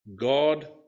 God